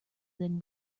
than